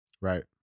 Right